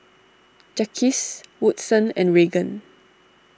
Jacques Woodson and Regan